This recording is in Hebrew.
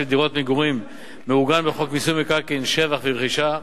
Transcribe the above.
דירות מגורים מעוגן בחוק מיסוי מקרקעין (שבח ורכישה),